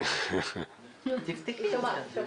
ובעצם השירות הוא רחב